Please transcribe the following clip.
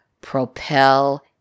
propel